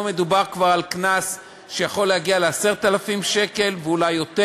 פה מדובר כבר על קנס שיכול להגיע ל-10,000 שקל ואולי יותר,